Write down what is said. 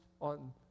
on